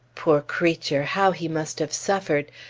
poor creature, how he must have suffered!